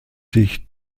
sich